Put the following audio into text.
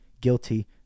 guilty